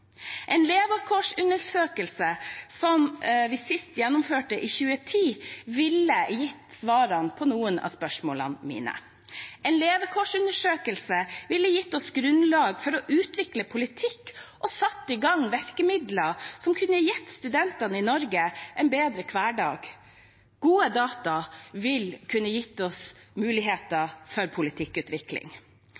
En levekårsundersøkelse som den vi sist gjennomførte i 2010, ville gitt svar på noen av spørsmålene mine. En levekårsundersøkelse ville gitt oss grunnlag for å utvikle politikk og sette inn virkemidler som kunne gitt studentene i Norge en bedre hverdag. Gode data ville kunne gitt oss muligheter